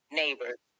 neighbors